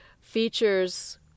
features